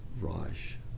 Raj